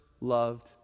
loved